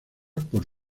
por